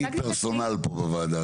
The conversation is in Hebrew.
היא פרסונל פה בוועדה.